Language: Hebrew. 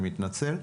אני מתנצל.